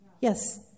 Yes